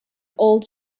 old